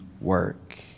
work